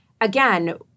again